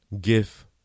give